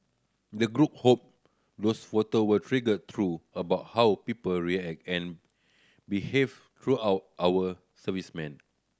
the group hope those photo will trigger through about how people react and behave throughout our servicemen